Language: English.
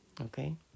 Okay